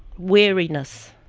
weariness